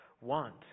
want